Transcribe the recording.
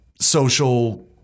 social